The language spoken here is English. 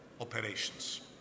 operations